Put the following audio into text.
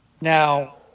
Now